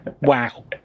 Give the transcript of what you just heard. Wow